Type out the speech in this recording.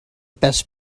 best